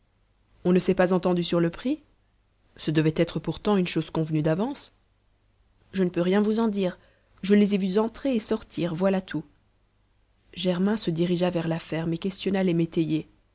on ne s'est pas entendu sur le prix ce devait être pourtant une chose convenue d'avance je ne peux rien vous en dire je les ai vus entrer et sortir voilà tout germain se dirigea vers la ferme et questionna les métayers